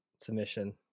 submission